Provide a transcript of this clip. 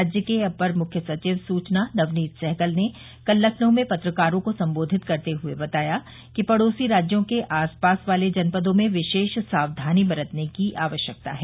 राज्य के अपर मुख्य सचिव सूचना नवनीत सहगल ने कल लखनऊ में पत्रकारों को संबोधित करते हुए बताया कि पड़ोसी राज्यों के आसपास वाले जनपदों में विशेष साक्षानी बरतने की आवश्यकता है